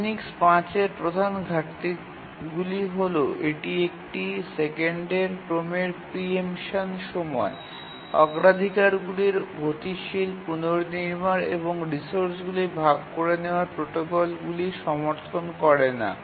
Unix ৫ এর প্রধান ঘাটতিগুলি হল এটি একটি সেকেন্ডের ক্রমের প্রি এম্পসান সময় অগ্রাধিকারগুলির গতিশীল পুনঃনির্মাণ এবং রিসোর্সগুলি ভাগ করে নেওয়ার প্রোটোকলগুলি সমর্থন করে না